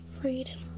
freedom